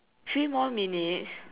three more minutes